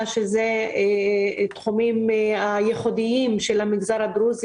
שאלה התחומים הייחודיים של המגזר הדרוזי,